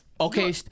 Okay